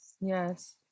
yes